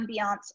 ambiance